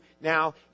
now